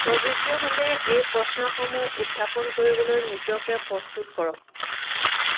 প্ৰযোজ্য হ'লে এই প্ৰশ্নসমূহ উত্থাপন কৰিবলৈ নিজকে প্ৰস্তুত কৰক